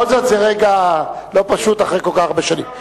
בכל זאת, זה רגע לא פשוט, אחרי כל כך הרבה שנים.